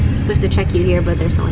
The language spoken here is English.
supposed to check you here but there's no one